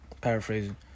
paraphrasing